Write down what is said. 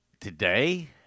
Today